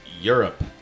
Europe